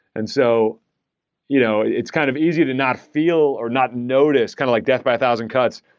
and so you know it's kind of easy to not feel or not notice, kind of like death by a thousand cuts,